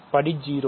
படி 0